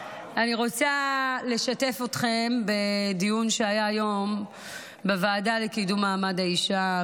אני רוצה לשתף אתכם בדיון שהיה היום בוועדה לקידום מעמד האישה,